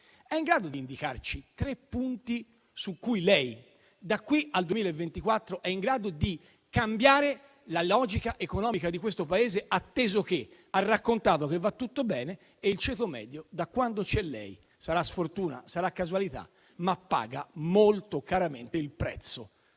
se può indicarci tre punti su cui, da qui al 2024, è in grado di cambiare la logica economica di questo Paese, atteso che ha raccontato che va tutto bene, ma il ceto medio, da quando c'è lei - sarà sfortuna, sarà casualità - paga molto caro il prezzo